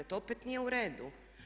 To opet nije u redu.